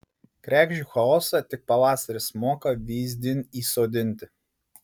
kregždžių chaosą tik pavasaris moka vyzdin įsodinti